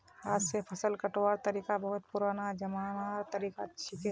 हाथ स फसल कटवार तरिका बहुत पुरना जमानार तरीका छिके